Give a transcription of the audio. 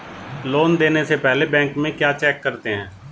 Loan देने से पहले बैंक में क्या चेक करते हैं?